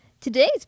Today's